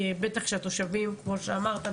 בטח שהתושבים כמו שאמרת,